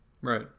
right